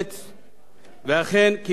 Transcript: ואכן קיבלה כמה החלטות.